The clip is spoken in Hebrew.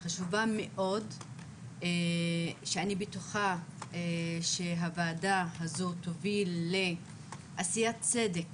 חשובה מאוד שאני בטוחה שהוועדה הזאת תוביל לעשיית צדק